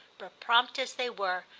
but, prompt as they were,